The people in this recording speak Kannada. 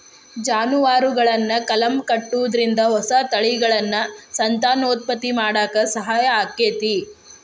ಜಾನುವಾರುಗಳನ್ನ ಕಲಂ ಕಟ್ಟುದ್ರಿಂದ ಹೊಸ ತಳಿಗಳನ್ನ ಸಂತಾನೋತ್ಪತ್ತಿ ಮಾಡಾಕ ಸಹಾಯ ಆಕ್ಕೆತಿ